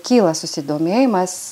kyla susidomėjimas